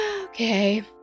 Okay